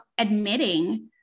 admitting